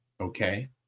Okay